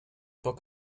bock